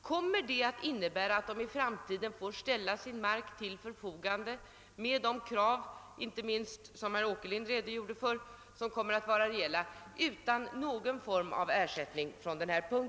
Kommer det att innebära att dessa i framtiden måste ställa sin mark till förfogande under de betingelser herr Åkerlind här redogjort för, utan att erhålla någon form av ersättning i sådana fall?